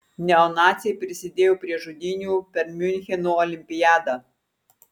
neonaciai prisidėjo prie žudynių per miuncheno olimpiadą